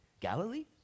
Galilee